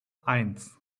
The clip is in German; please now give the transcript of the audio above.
eins